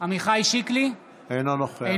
אינו נוכח מיכל שיר סגמן, נגד